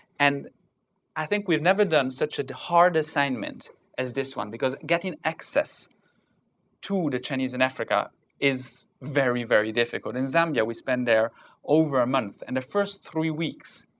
and i think we've never done such a hard assignment as this one, because getting access to the chinese in africa is very, very difficult. in zambia, we spent there over a month, and the first three weeks,